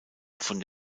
von